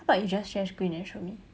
how about you just share screen and show me